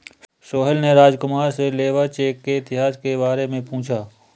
सोहेल ने राजकुमार से labour check के इतिहास के बारे में पूछा